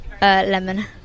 Lemon